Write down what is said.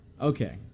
Okay